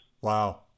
Wow